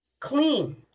clean